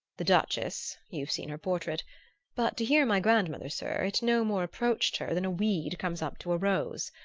the duchess you've seen her portrait but to hear my grandmother, sir, it no more approached her than a weed comes up to a rose.